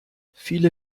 viele